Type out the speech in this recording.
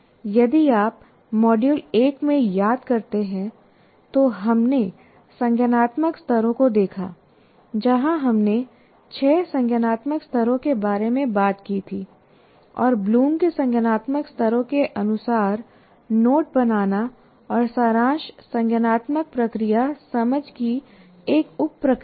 यदि आप मॉड्यूल 1 में याद करते हैं तो हमने संज्ञानात्मक स्तरों को देखा जहां हमने छह संज्ञानात्मक स्तरों के बारे में बात की थी और ब्लूम के संज्ञानात्मक स्तरों के अनुसार नोट बनाना और सारांश संज्ञानात्मक प्रक्रिया समझ की एक उप प्रक्रिया है